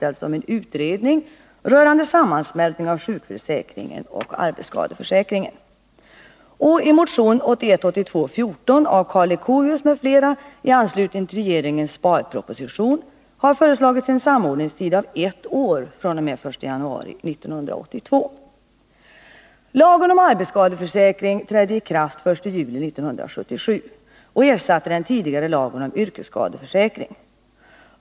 Lagen om arbetsskadeförsäkring trädde i kraft den 1 juli 1977 och ersatte den tidigare lagen om yrkesskadeförsäkring.